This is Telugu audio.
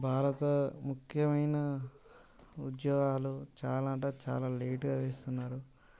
భారత ముఖ్యమైన ఉద్యోగాలు చాలా అంటే చాలా లేటుగా ఇస్తున్నారు